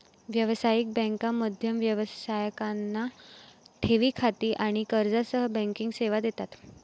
व्यावसायिक बँका मध्यम व्यवसायांना ठेवी खाती आणि कर्जासह बँकिंग सेवा देतात